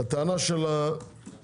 הטענה של הסופרים,